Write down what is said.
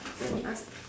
let me ask